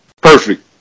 Perfect